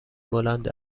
بلند